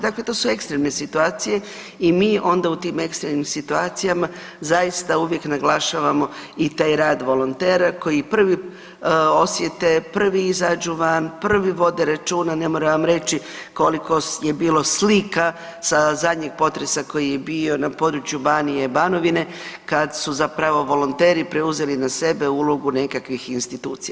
Dakle, to su ekstremne situacije i mi onda u tim ekstremnim situacijama zaista uvijek naglašavamo i taj rad volontera koji prvi osjete, prvi izađu van, prvi vode računa, ne moram vam reći koliko je bilo slika sa zadnjeg potresa koji je bio na području Banije, Banovine kad su zapravo volonteri preuzeli na sebe ulogu nekakvih institucija.